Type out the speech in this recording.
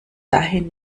dahin